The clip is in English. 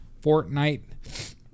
Fortnite